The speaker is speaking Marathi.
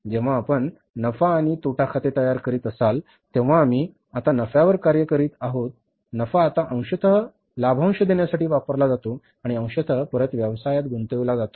जेव्हा आपण नफा आणि तोटा खाते तयार करीत असाल तेव्हा आम्ही आता नफ्यावर कार्य करीत आहोत नफा आता अंशतः लाभांश देण्यासाठी वापरला जातो आणि अंशतः परत व्यवसायात गुंतविला जातो